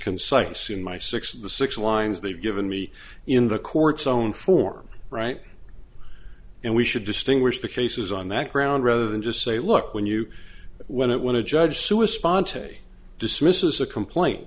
concise in my six of the six lines they've given me in the court's own form right and we should distinguish the cases on that ground rather than just say look when you when it went to judge sue a spontaneous dismissal is a complaint